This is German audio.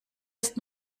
ist